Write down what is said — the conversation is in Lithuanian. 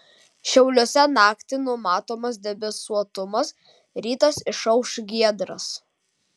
šiauliuose naktį numatomas debesuotumas rytas išauš giedras